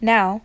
Now